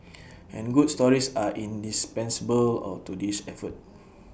and good stories are indispensable all to this effort